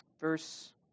Verse